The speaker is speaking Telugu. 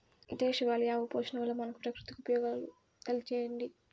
దేశవాళీ ఆవు పోషణ వల్ల మనకు, ప్రకృతికి ఉపయోగాలు తెలియచేయండి?